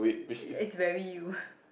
it's very you